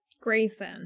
Grayson